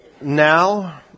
now